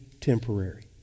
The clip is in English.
temporary